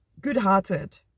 good-hearted